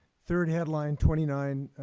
third headline, twenty nine